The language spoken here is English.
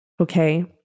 Okay